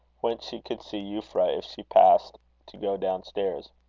whence she could see euphra if she passed to go down stairs.